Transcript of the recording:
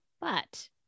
But-